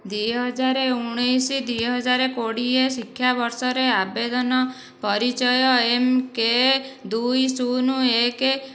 ଦୁଇ ହଜାର ଊଣାଇଶ ଦୁଇ ହଜାର କୋଡିଏ ଶିକ୍ଷାବର୍ଷରେ ଆବେଦନ ପରିଚୟ ଏମ୍ କେ ଦୁଇ ଶୂନ ଏକ